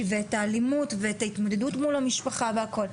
ואת האלימות ואת ההתמודדות מול המשפחה והכל,